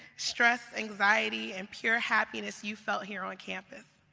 stress, anxiety, and pure happiness you felt here on campus.